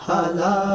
Hala